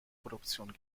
produktion